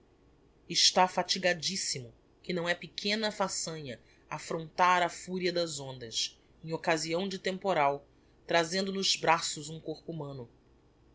está fatigadissimo que não é pequena façanha affrontar a furia das ondas em occasião de temporal trazendo nos braços um corpo humano